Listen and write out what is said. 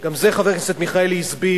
גם את זה חבר הכנסת מיכאלי הסביר,